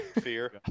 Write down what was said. Fear